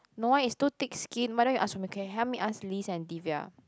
no ah it's too thick skin why don't you ask for me can you help me ask Liz and Divya